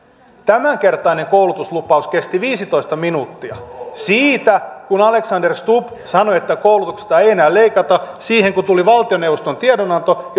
tämänkertainen koulutuslupaus kesti viisitoista minuuttia siitä kun alexander stubb sanoi että koulutuksesta ei enää leikata siihen kun tuli valtioneuvoston tiedonanto